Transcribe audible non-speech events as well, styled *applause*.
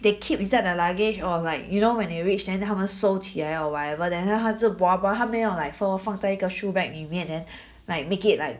they keep inside the luggage or like you know when you reach then 她们收起来 or whatever then 然后她就 bua bua 她没有 like fold 放在一个 shoe bag then *breath* like make it like